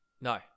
No